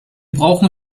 brauchen